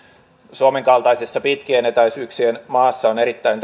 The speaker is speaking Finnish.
suomen kaltaisessa pitkien etäisyyksien maassa on erittäin